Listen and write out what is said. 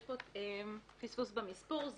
יש פה פספוס במספור.